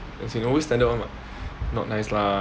as in always standard [one] [what] not nice lah